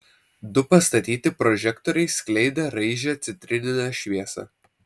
du pastatyti prožektoriai skleidė raižią citrininę šviesą